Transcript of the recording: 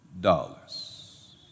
dollars